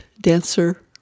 Dancer